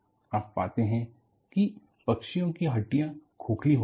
आप पाते हैं कि पक्षियों की हड्डियां खोखली होती हैं